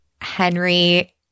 Henry